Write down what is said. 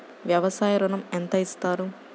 వ్యవసాయ ఋణం ఎంత ఇస్తారు?